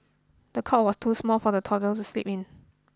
the cot was too small for the toddler to sleep in